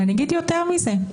אני אגיד יותר מזה.